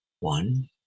One